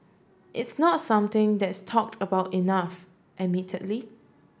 it's not something that's talked about enough admittedly